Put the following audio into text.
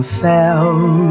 fell